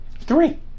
Three